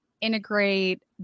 integrate